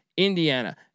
Indiana